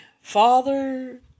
father